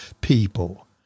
people